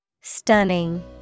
Stunning